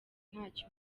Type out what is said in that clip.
ntacyo